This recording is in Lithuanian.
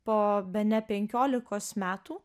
po bene penkiolikos metų